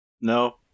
No